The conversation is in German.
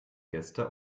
gäste